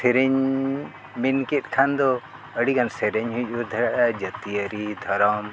ᱥᱮᱨᱮᱧ ᱢᱮᱱ ᱠᱮᱫ ᱠᱷᱟᱱ ᱫᱚ ᱟᱹᱰᱤ ᱜᱟᱱ ᱥᱮᱨᱮᱧ ᱦᱩᱭᱩᱜ ᱫᱟᱲᱮᱭᱟᱜᱼᱟ ᱡᱟᱹᱛᱤᱭᱟᱹᱨᱤ ᱫᱷᱚᱨᱚᱢ